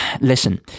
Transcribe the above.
Listen